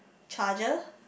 charger